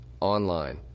online